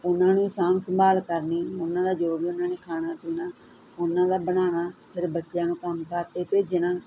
ਉਨ੍ਹਾਂ ਨੂੰ ਸਾਂਭ ਸੰਭਾਲ ਕਰਨੀ ਉਨ੍ਹਾਂ ਦਾ ਜੋ ਵੀ ਉਨ੍ਹਾਂ ਨੇ ਖਾਣਾ ਪੀਣਾ ਉਨ੍ਹਾਂ ਦਾ ਬਣਾਣਾ ਫੇਰ ਬੱਚਿਆਂ ਨੂੰ ਕੰਮ ਕਾਰ ਤੇ ਭੇਜਣਾ